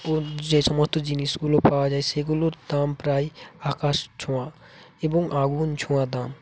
ও যে সমস্ত জিনিসগুলো পাওয়া যায় সেগুলোর দাম প্রায় আকাশ ছোঁয়া এবং আগুন ছোঁয়া দাম